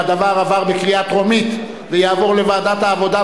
ההצעה עברה בקריאה טרומית ותעבור לוועדת העבודה,